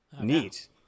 Neat